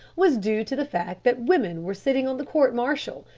was due to the fact that women were sitting on the court martial,